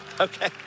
Okay